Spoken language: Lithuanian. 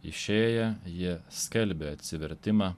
išėję jie skelbė atsivertimą